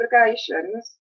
obligations